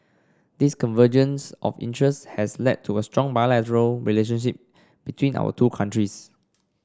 this convergence of interests has led to a strong bilateral relationship between our two countries